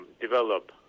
develop